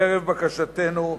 חרף בקשתנו,